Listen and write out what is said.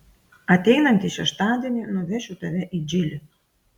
ateinantį šeštadienį nuvešiu tave į džilį